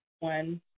One